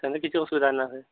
ସେମତି କିଛି ଅସୁବିଧା ନାହିଁ